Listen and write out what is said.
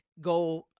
go